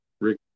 Rick